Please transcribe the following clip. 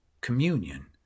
communion